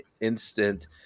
instant